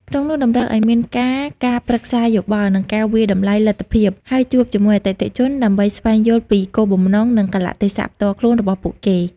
ក្នុងនោះតម្រូវឱ្យមានការ ការប្រឹក្សាយោបល់ និងការវាយតម្លៃលទ្ធភាព ហើយជួបជាមួយអតិថិជនដើម្បីស្វែងយល់ពីគោលបំណង និងកាលៈទេសៈផ្ទាល់ខ្លួនរបស់ពួកគេ។